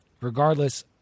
Regardless